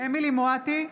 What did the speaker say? אמילי חיה מואטי,